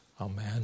Amen